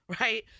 Right